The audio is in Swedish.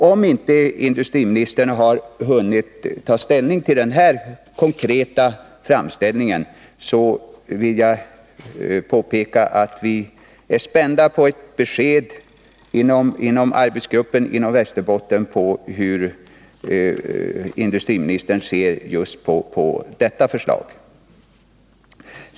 Om inte industriministern har hunnit ta ställning till den konkreta framställningen vill jag påpeka att vi i den här arbetsgruppen inom Västerbotten är spända på ett besked om hur industriministern ser på just detta förslag.